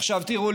עכשיו תראו,